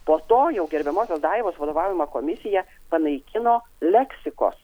po to jau gerbiamosios daivos vadovaujama komisija panaikino leksikos